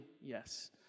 yes